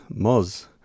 Moz